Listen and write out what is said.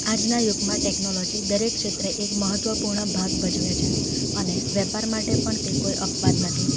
આજના યુગમાં ટેક્નોલૉજી દરેક ક્ષેત્રે એક મહત્ત્વપૂર્ણ ભાગ ભજવે છે અને વેપાર માટે પણ તે કોઈ અપવાદ નથી